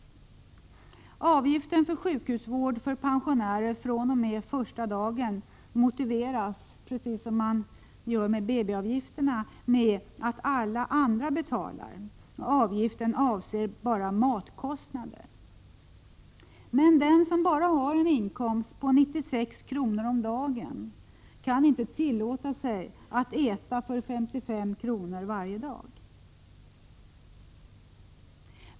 Avgiften för sjukhusvård för pensionärer fr.o.m. första dagen motiveras, precis som BB-avgifterna, med att alla andra betalar och att avgiften avser enbart matkostnader. Men den som bara har en inkomst på 96 kr. om dagen kan inte tillåta sig att äta för 55 kr. varje dag.